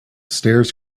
stairs